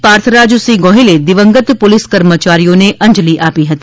પાર્થરાજસિંહ ગોહિલે દિવંગત પોલિસ કર્મચારીઓને અંજલિ આપી હતી